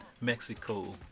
Mexico